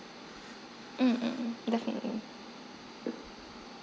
mm mm mm definitely mm